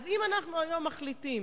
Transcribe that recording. אם היום אנחנו מחליטים